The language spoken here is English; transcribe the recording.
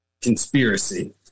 conspiracy